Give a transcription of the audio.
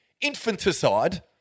infanticide